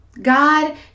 God